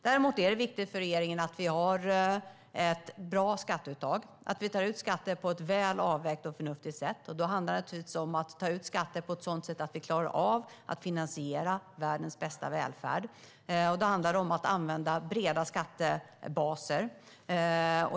Däremot är det viktigt för regeringen att vi har ett bra skatteuttag, att vi tar ut skatter på ett väl avvägt och förnuftigt sätt. Det handlar om att ta ut skatter på ett sådant sätt att vi klarar av att finansiera världens bästa välfärd, och det handlar om att använda breda skattebaser.